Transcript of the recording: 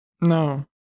No